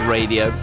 Radio